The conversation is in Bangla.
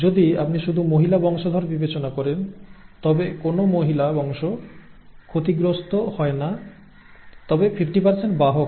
যদি আপনি শুধু মহিলা বংশধর বিবেচনা করেন তবে কোনও মহিলা বংশ ক্ষতিগ্রস্থ হয় না তবে 50 বাহক হয়